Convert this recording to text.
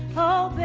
oh babe,